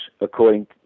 according